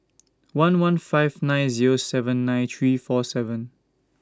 one one five nine Zero seven nine three four seven